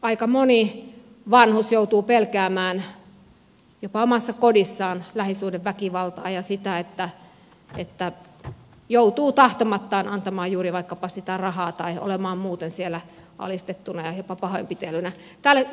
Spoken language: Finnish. aika moni vanhus joutuu pelkäämään jopa omassa kodissaan lähisuhdeväkivaltaa ja sitä että joutuu tahtomattaan antamaan vaikkapa juuri sitä rahaa tai olemaan muuten siellä alistettuna ja jopa pahoinpideltävänä